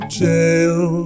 jail